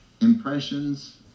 impressions